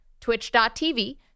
twitch.tv